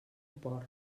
porc